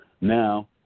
Now